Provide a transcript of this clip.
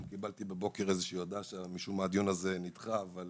קיבלתי בבוקר הודעה שמשום מה הדיון הזה נדחה, אבל